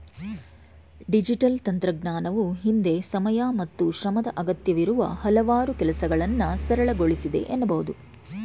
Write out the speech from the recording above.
digital ತಂತ್ರಜ್ಞಾನವು ಹಿಂದೆ ಸಮಯ ಮತ್ತು ಶ್ರಮದ ಅಗತ್ಯವಿರುವ ಹಲವಾರು ಕೆಲಸಗಳನ್ನ ಸರಳಗೊಳಿಸಿದೆ ಎನ್ನಬಹುದು